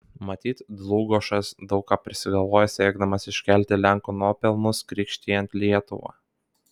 matyt dlugošas daug ką prisigalvojo siekdamas iškelti lenkų nuopelnus krikštijant lietuvą